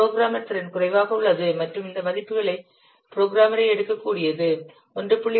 programmer திறன் குறைவாக உள்ளது மற்றும் இந்த மதிப்பு புரோகிராமரை எடுக்கக்கூடியது 1